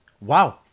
Wow